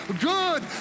good